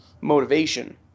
motivation